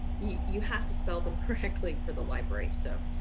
you have to spell them correctly for the library. so,